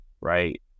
right